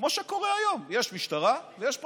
כמו שקורה היום: יש משטרה ויש פרקליטות,